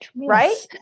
right